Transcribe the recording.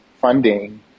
funding